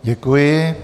Děkuji.